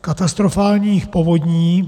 katastrofálních povodní.